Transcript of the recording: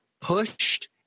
pushed